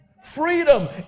Freedom